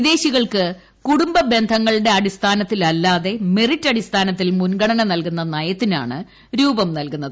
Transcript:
വിദേശികൾക്ക് കൂടൂംബ ബന്ധങ്ങളുടെ അടിസ്ഥാനത്തലല്ലാതെ മെറിറ്റ് അടിസ്ഥാനത്തിൽ മൂൻഗണന നൽകൂന്ന നയത്തിനാണ് രൂപം നൽകുന്നത്